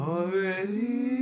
Already